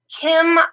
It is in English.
Kim